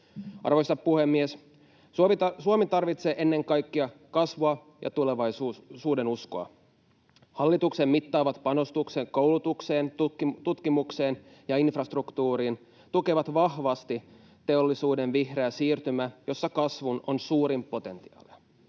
Arvoisa puhemies! Suomi tarvitsee ennen kaikkea kasvua ja tulevaisuudenuskoa. Hallituksen mittavat panostukset koulutukseen, tutkimukseen ja infrastruktuuriin tukevat vahvasti teollisuuden vihreää siirtymää, jossa kasvulle on suurin potentiaali,